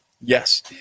Yes